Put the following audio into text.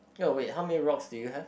oh wait how many rocks do you have